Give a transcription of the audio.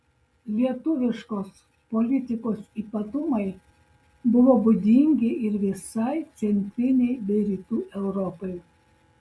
lietuviškos politikos ypatumai buvo būdingi ir visai centrinei bei rytų europai